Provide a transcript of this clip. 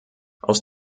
aus